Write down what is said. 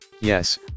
Yes